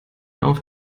auf